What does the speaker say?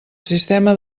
sistema